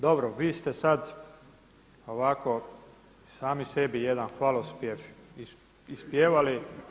Dobro vi ste sad ovako sami sebi jedan hvalospjev ispjevali.